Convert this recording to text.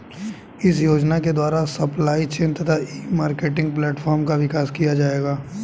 इस योजना के द्वारा सप्लाई चेन तथा ई मार्केटिंग प्लेटफार्म का विकास किया जाएगा